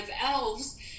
elves